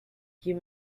you